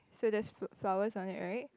so there's f~ flowers on it right